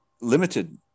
limited